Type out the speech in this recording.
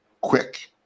quick